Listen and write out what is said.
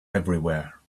everywhere